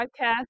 podcast